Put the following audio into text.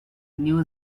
new